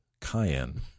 Cayenne